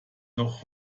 noch